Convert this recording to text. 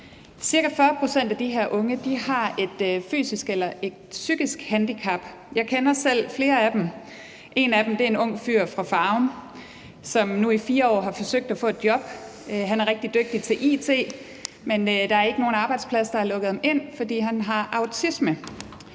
Ca. 40 pct. af de her unge har et fysisk eller et psykisk handicap. Jeg kender selv flere af dem. En af dem er en ung fyr fra Farum, som nu i 4 år har forsøgt at få et job. Han er rigtig dygtig til it, men der er ikke nogen arbejdsplads, der har lukket ham ind, fordi han har autisme.